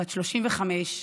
בת 35,